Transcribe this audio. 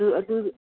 ꯑꯗꯨꯗꯨ